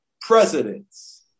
presidents